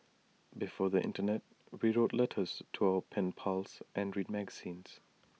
before the Internet we wrote letters to our pen pals and read magazines